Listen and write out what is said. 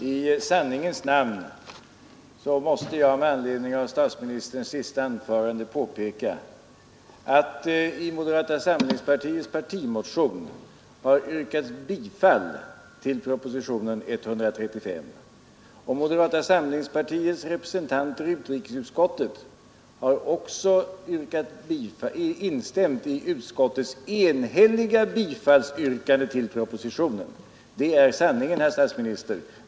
I sanningens namn måste jag med anledning av statsministerns senaste anförande påpeka att i moderata samlingspartiets partimotion har yrkats bifall till avtalet, och moderata samlingspartiets representanter i utrikesutskottet har också instämt i utskottets enhälliga bifallsyrkande till avtalet. Det är sanningen, herr statsministern.